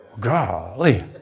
Golly